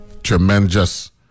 tremendous